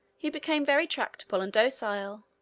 he became very tractable and docile,